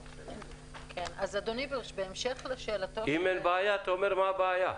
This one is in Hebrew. אם אין בעיה, אתה אומר, מה הבעיה?